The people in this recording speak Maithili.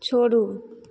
छोड़ू